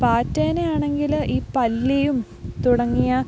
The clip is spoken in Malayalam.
പാറ്റേനെ ആണെങ്കില് ഈ പല്ലിയും തുടങ്ങിയ